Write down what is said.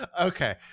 Okay